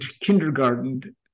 kindergarten